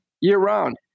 year-round